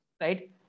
right